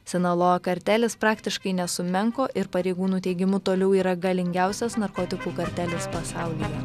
sinaloa kartelis praktiškai nesumenko ir pareigūnų teigimu toliau yra galingiausias narkotikų kartelis pasaulyje